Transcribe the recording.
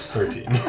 Thirteen